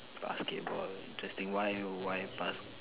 basketball interesting why why basket